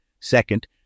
Second